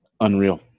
Unreal